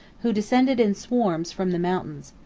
who descended in swarms from the mountains.